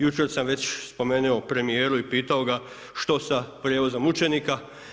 Jučer sam već spomenuo premijeru i pitao ga što sa prijevozom učenika.